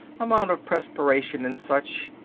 amount of perspiration and such.